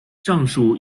上述